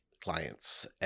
clients